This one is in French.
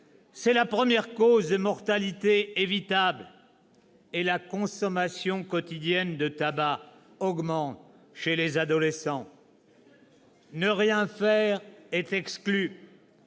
C'est la première cause de mortalité évitable, et la consommation quotidienne de tabac augmente chez les adolescents. Ne rien faire est exclu.